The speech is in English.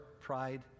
pride